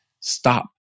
Stop